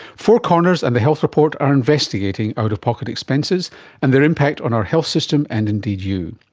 four corners and the health report are investigating out-of-pocket expenses and their impact on our health system and indeed you.